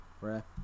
Rare